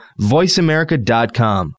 voiceamerica.com